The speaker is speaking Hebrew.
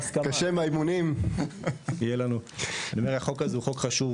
אני אומר, החוק הזה הוא חוק חשוב.